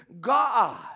God